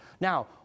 Now